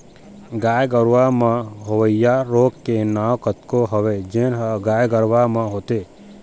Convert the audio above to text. गाय गरूवा म होवइया रोग के नांव कतको हवय जेन ह गाय गरुवा म होथे